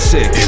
Six